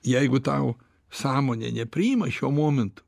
jeigu tau sąmonė nepriima šiuo momentu